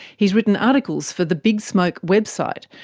has written articles for the big smoke website,